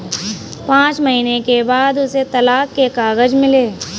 पांच महीने के बाद उसे तलाक के कागज मिले